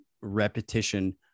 repetition